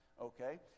okay